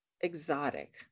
exotic